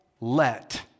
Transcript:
let